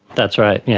that's right, yeah